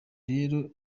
rero